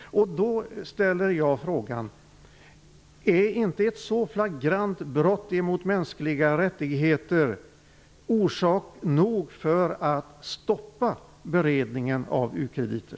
Då ställer jag frågan: Är inte ett så flagrant brott mot mänskliga rättigheter orsak nog för att stoppa beredningen av u-krediter?